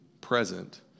present